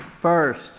First